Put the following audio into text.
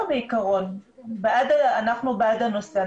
אנחנו בעד הנושא.